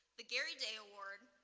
the gary day award,